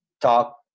talk